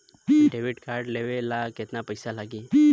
Debit card लेवे ला केतना पईसा लागी?